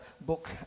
book